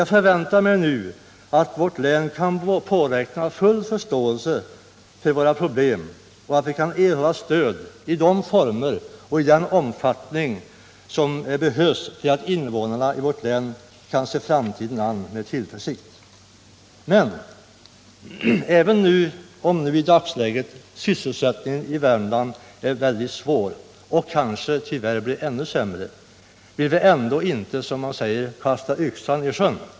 Jag förväntar mig nu att vårt län kan påräkna full förståelse för våra problem och att vi kan erhålla stöd i de former och i den omfattning som behövs för att invånarna skall kunna se framtiden an med tillförsikt. Även om sysselsättningsläget i Värmland är dåligt f. n. — och kanske blir ännu sämre — vill vi ändå inte kasta yxan i sjön.